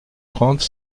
trente